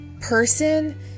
person